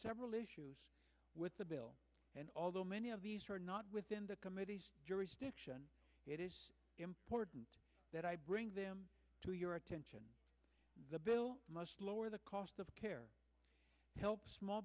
several issues with the bill and although many of these are not within the committee's jurisdiction it is important that i bring them to your attention the bill must lower the cost of care help small